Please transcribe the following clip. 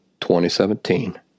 2017